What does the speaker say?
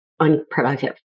unproductive